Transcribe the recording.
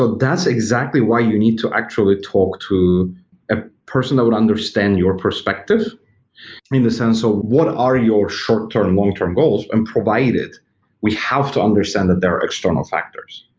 but that's exactly why you need to actually talk to a person that would understand your perspective in the sense of what are your short-term and long-term goals and provided we have to understand that there are external factors.